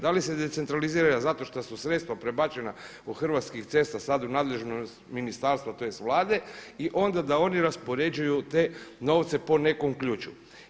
Da li se decentralizira zato što su sredstva prebačena od Hrvatskih cesta sada u nadležnost ministarstva tj. Vlade i onda da oni raspoređuju te novce po nekom ključu.